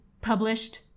published